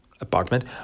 apartment